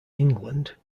england